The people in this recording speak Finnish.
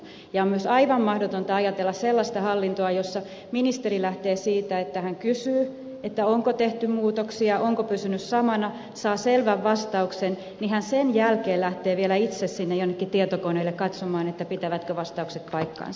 on myös aivan mahdotonta ajatella sellaista hallintoa jossa ministeri lähtee siitä että kun hän kysyy onko tehty muutoksia vai onko pysynyt samana ja saa selvän vastauksen hän sen jälkeen lähtee vielä itse jonnekin tietokoneelle katsomaan pitävätkö vastaukset paikkansa